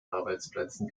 arbeitsplätzen